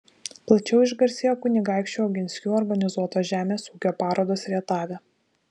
plačiau išgarsėjo kunigaikščių oginskių organizuotos žemės ūkio parodos rietave